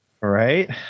right